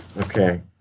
Okay